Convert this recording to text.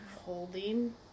Holding